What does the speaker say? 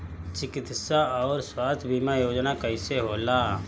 चिकित्सा आऊर स्वास्थ्य बीमा योजना कैसे होला?